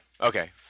Okay